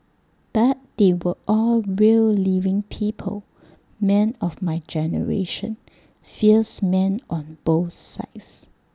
but they are all real living people men of my generation fierce men on both sides